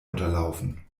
unterlaufen